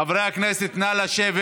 חברי הכנסת, נא לשבת.